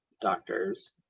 doctors